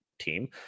team